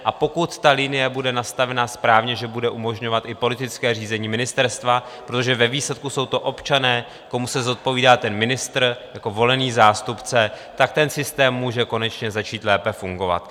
A pokud ta linie bude nastavena správně, že bude umožňovat i politické řízení ministerstva, protože ve výsledku jsou to občané, komu se zodpovídá ministr jako volený zástupce, tak ten systém konečně může začít lépe fungovat.